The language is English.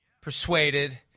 persuaded